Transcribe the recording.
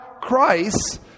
christ